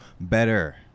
better